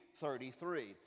33